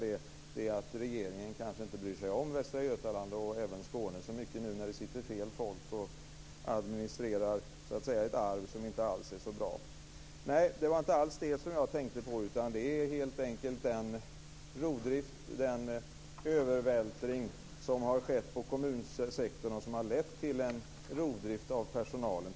Det är att regeringen kanske inte bryr sig om Västra Götaland och inte heller Skåne så mycket när det sitter fel folk och administrerar ett arv som inte alls är så bra. Det var inte alls det som jag tänkte på. Det är helt enkelt den övervältring som har skett på kommunsektorn, som har lett till en rovdrift av personalen.